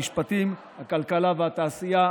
המשפטים והכלכלה והתעשייה.